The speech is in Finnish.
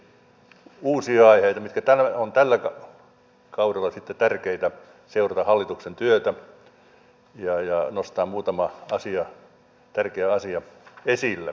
nyt tarkastusvaliokunta itse miettii uusia aiheita mitkä ovat tällä kaudella sitten tärkeitä kun seurataan hallituksen työtä ja nostaa muutaman tärkeän asian esille